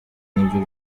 nibyo